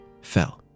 fell